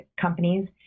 companies